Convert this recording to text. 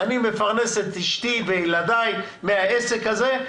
אני מפרנס את אשתי ואת ילדיי מהעסק הזה,